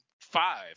five